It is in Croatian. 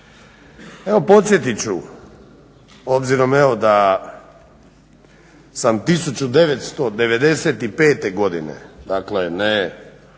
Evo podsjetit ću obzirom evo da sam 1995.godine dakle nije